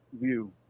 view